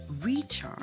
recharge